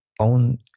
Own